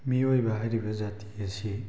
ꯃꯤꯑꯣꯏꯕ ꯍꯥꯏꯔꯤꯕ ꯖꯥꯠꯇꯤ ꯑꯁꯤ